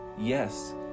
yes